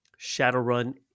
Shadowrun